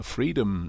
Freedom